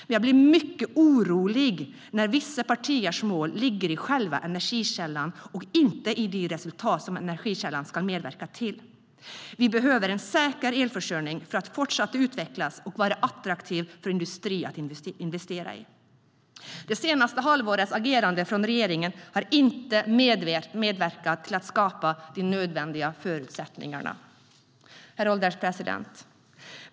Men jag blir mycket orolig när vissa partiers mål ligger i själva energikällan och inte i de resultat som energikällan ska medverka till. Vi behöver en säker elförsörjning för att Sverige ska fortsätta utvecklas och vara attraktivt för industrin att investera i. Det senaste halvårets agerande från regeringen har inte medverkat till att skapa de nödvändiga förutsättningarna. Herr ålderspresident!